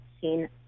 seen